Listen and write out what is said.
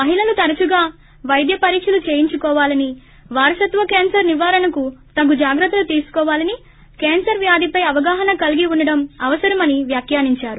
మహిళలు తరచుగా పైద్య పరీక్షలు చేయించుకోవాలని వారసత్వ కేన్సర్ నివారణకు తగు జాగ్రత్తలు తీసుకోవాలని కేన్సర్ వ్యాధి పై అవగాహన కలిగి ఉండడం అవసరమని వ్యాఖ్యానించారు